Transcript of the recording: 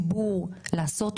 בצלאל שטאובר, בבקשה.